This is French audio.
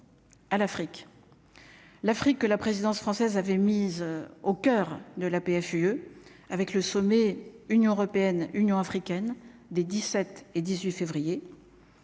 L'Afrique que la présidence française avait mise au coeur de la PFUE avec le sommet Union européenne-Union africaine des 17 et 18 février,